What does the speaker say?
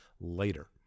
later